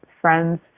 friends